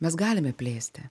mes galime plėsti